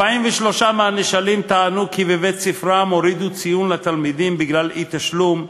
43% טענו כי בבית-ספרם הורידו ציון לתלמידים בגלל אי-תשלום,